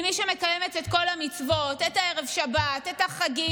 שמקיימת את כל המצוות, את ערב שבת, את החגים.